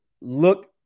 look